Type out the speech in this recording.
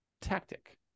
tactic